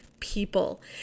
people